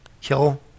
kill